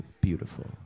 beautiful